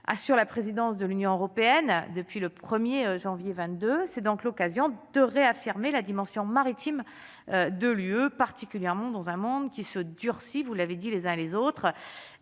assure la présidence de l'Union européenne depuis le 1er janvier 22 c'est donc l'occasion de réaffirmer la dimension maritime de l'UE, particulièrement dans un monde qui se durcit, vous l'avez dit les uns et les autres,